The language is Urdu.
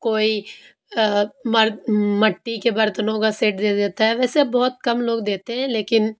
کوئی مرد مٹّی کے برتنو کا سیٹ دے دیتا ہے ویسے اب بہت کم لوگ دیتے ہیں لیکن